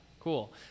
cool